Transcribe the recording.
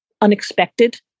unexpected